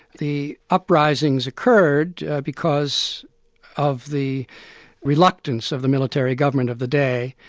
the uprisings occurred because of the reluctance of the military government of the day.